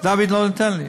דוד לא נותן לי.